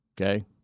Okay